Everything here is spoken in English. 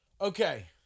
okay